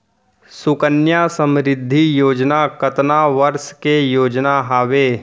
सुकन्या समृद्धि योजना कतना वर्ष के योजना हावे?